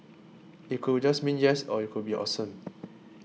it could just mean yes or it could be awesome